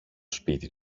σπίτι